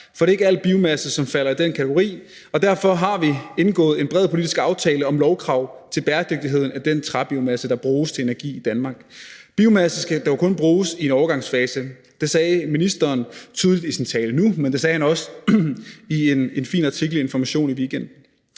For det er ikke al biomasse, som falder i den kategori, og derfor har vi indgået en bred politisk aftale om lovkrav til bæredygtigheden af den træbiomasse, der bruges til energi i Danmark. Biomasse skal dog kun bruges i en overgangsfase. Det sagde ministeren tydeligt i sin tale nu, men det sagde han også i en fin artikel i Information i weekenden.